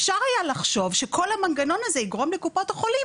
אפשר היה לחשוב שכל המנגנון הזה יגרום לקופות החולים